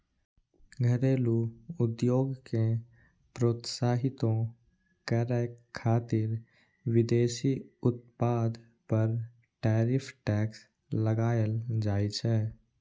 घरेलू उद्योग कें प्रोत्साहितो करै खातिर विदेशी उत्पाद पर टैरिफ टैक्स लगाएल जाइ छै